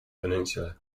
peninsula